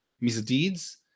misdeeds